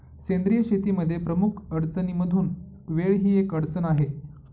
सेंद्रिय शेतीमध्ये प्रमुख अडचणींमधून वेळ ही एक अडचण आहे